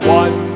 one